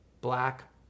black